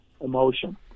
emotion